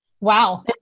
wow